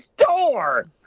store